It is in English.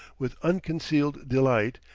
with unconcealed delight,